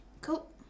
cool